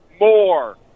more